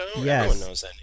yes